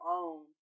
own